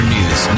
News